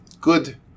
Good